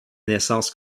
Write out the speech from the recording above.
naissances